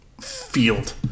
field